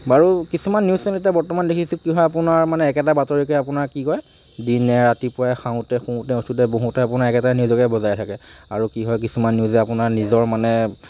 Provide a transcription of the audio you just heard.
বাৰু কিছুমান news channel এতিয়া বৰ্তমান দেখিছোঁ কি হয় আপোনাৰ মানে একেটা বাতৰিকে আপোনাৰ কি কয় দিনে ৰাতিপুৱাই খাওঁতে শুওঁতে উঠোঁতে বহোঁতে আপোনাৰ একেটা নিউজকে বজাই থাকে আৰু কি হয় কিছুমান নিউজে আপোনাৰ নিজৰ মানে